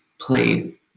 played